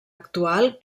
actual